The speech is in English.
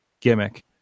gimmick